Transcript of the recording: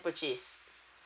purchase